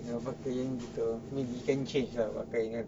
apa yang tu I mean we can change lah apa yang